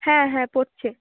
হ্যাঁ হ্যাঁ পড়ছে